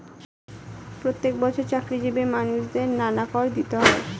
প্রত্যেক বছর চাকরিজীবী মানুষদের নানা কর দিতে হয়